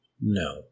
No